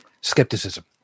skepticism